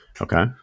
Okay